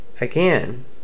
again